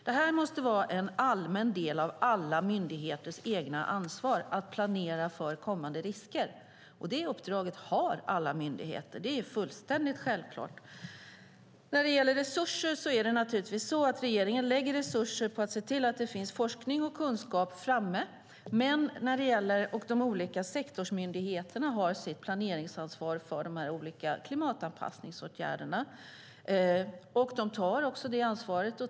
Det här måste vara en allmän del av alla myndigheters eget ansvar - att planera för kommande risker. Det uppdraget har alla myndigheter. Det är fullständigt självklart. När det gäller resurser lägger regeringen resurser på att se till att det finns forskning och kunskap framme. De olika sektorsmyndigheterna har sitt planeringsansvar för de här klimatanpassningsåtgärderna. De tar också det ansvaret.